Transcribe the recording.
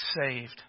saved